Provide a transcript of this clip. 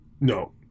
No